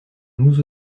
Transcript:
nous